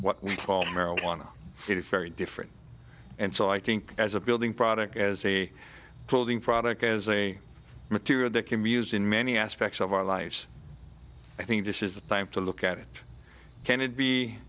what we call marijuana it is very different and so i think as a building product as a holding product as a material that can be used in many aspects of our lives i think this is the time to look at it can it be